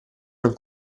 non